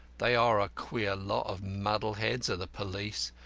they are a queer lot of muddle-heads, are the police.